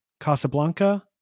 Casablanca